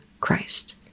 Christ